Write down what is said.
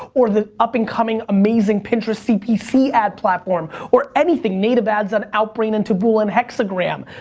or the up-and-coming amazing pinterest cpc ad platform, or anything, native ads on outbrain and taboola and hexagram.